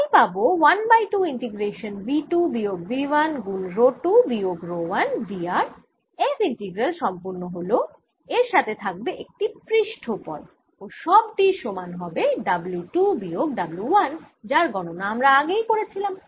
তাই পাবো 1 by 2 integration V 2 বিয়োগ V 1 গুণ রো 2 বিয়োগ row 1 d r f integral সম্পুর্ন হল এর সাথে থাকবে একটি পৃষ্ঠ পদ ও সবটির সমান হবে W 2 বিয়োগ W 1 যার গণনা আমরা আগেই করেছিলাম